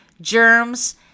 germs